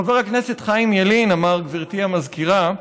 חבר הכנסת חיים ילין אמר, גברתי המזכירה,